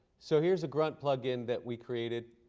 so here's a grunt plug-in that we created.